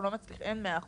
אין 100 אחוז,